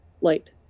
light